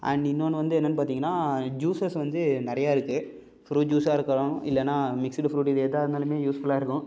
and இன்னோன்று வந்து என்னென்னு பார்த்தீங்கன்னா ஜூஸஸ் வந்து நிறையா இருக்குது ஃபுரூட் ஜூஸாக இருக்கலாம் இல்லைனா மிக்ஸ்டு ஃபுரூட் இது எதாக இருந்தாலுமே யூஸ்ஃபுலாக இருக்கும்